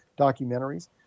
documentaries